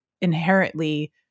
inherently